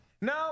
No